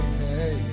hey